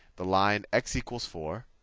the line x equals four,